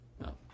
No